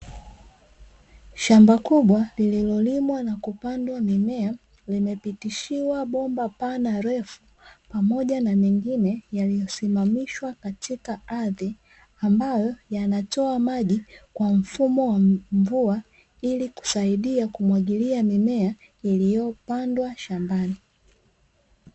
Shamba kubwa lililolimwa na kupandwa mimea, limepitishiwa bomba pana refu, pamoja na mengine yaliyosimamishwa katika ardhi, ambayo yanatoa maji kwa mfumo wa mvua, ili kusaidia kumwagilia mimea, iliyopandwa shambani.